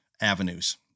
avenues